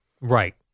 Right